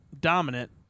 dominant –